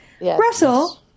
Russell